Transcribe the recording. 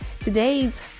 today's